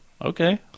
Okay